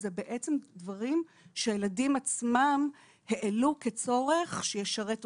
זה בעצם דברים שהילדים עצמם העלו כצורך שישרת אותם.